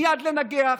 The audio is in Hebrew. מייד לנגח,